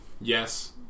Yes